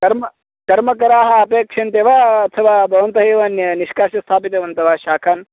कर्म कर्मकराः अपेक्ष्यन्ते वा अथवा भवन्तः एव न निष्कास्य स्थापितवन्तः वा शाकान्